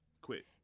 Quit